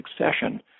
succession